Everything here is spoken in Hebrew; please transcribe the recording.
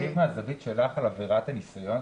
תוכלי להרחיב מהזווית שלך על עבירת הניסיון,